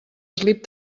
eslip